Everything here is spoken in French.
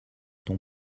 ton